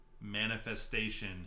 manifestation